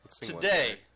Today